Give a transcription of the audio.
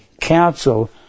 Council